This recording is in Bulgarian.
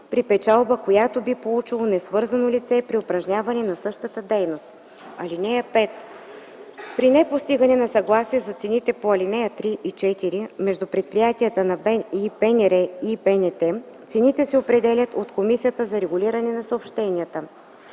при печалба, която би получило несвързано лице при упражняване на същата дейност. (5) При непостигане на съгласие за цените по ал. 3 и 4 между предприятието и БНР и БНТ, цените се определят от Комисията за регулиране на съобщенията.